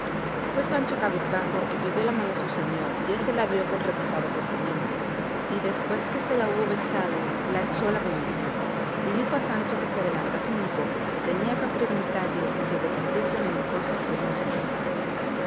fue sancho cabizbajo y pidió la mano a su señor y él se la dio con reposado continente y después que se la hubo besado le echó la bendición y dijo a sancho que se adelantasen un poco que tenía que preguntalle y que departir con él cosas de mucha importancia